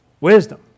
wisdom